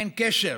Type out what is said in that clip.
אין קשר